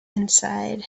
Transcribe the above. inside